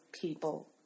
people